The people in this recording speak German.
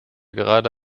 gerade